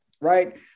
right